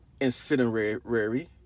incinerary